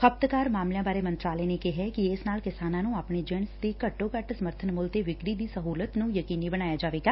ਖਪਤਕਾਰ ਮਾਮਲਿਆਂ ਬਾਰੇ ਮੰਤਰਾਲੇ ਨੇ ਕਿਹੈ ਕਿ ਇਸ ਨਾਲ ਕਿਸਾਨਾਂ ਨੂੰ ਆਪਣੀ ਜਿਣਸ ਦੀ ਘੱਟੋ ਘੱਟ ਸਮਰਥਨ ਮੁੱਲ ਤੇ ਵਿਕਰੀ ਦੀ ਸਹੁਲਤ ਨੂੰ ਯਕੀਨੀ ਬਣਾਇਆ ਜਾਏਗਾ